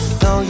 no